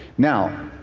now,